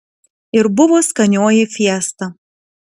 ir buvo skanioji fiesta